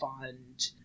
fund